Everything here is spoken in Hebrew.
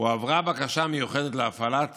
הועברה בקשה מיוחדת להפעלת